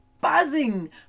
buzzing